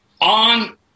on